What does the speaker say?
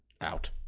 Out